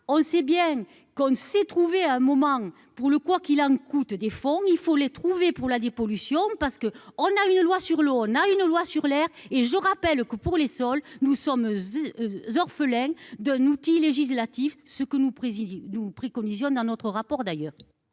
on sait bien qu'on ne s'y trouver un moment pour le quoi qu'il en coûte des fonds, il faut les trouver pour la dépollution parce que on a une loi sur l'eau, on a une loi sur l'air et je rappelle que pour les sols nous sommes orphelins d'un outil législatif, ce que nous présidons nous préconisions dans notre rapport d'ailleurs.